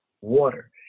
water